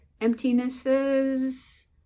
emptinesses